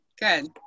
Good